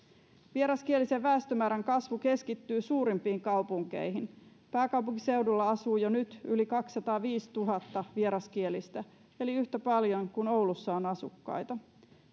vieraskielisen väestömäärän kasvu keskittyy suurimpiin kaupunkeihin pääkaupunkiseudulla asuu jo nyt yli kaksisataaviisituhatta vieraskielistä eli yhtä paljon kuin oulussa on asukkaita